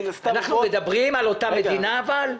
מין הסתם --- אנחנו מדברים על אותה מדינה אבל,